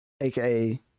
aka